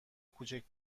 کوچک